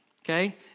okay